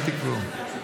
אתם תקבעו.